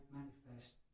manifest